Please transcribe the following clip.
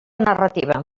narrativa